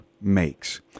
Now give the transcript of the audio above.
makes